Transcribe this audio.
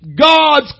God's